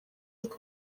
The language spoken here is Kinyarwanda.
y’uko